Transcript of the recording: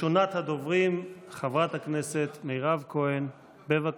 ראשונת הדוברים, חברת הכנסת מירב כהן, בבקשה.